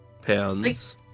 pounds